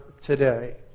today